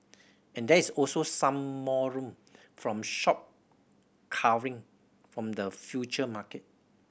and there is also some more room from short covering from the future market